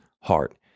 heart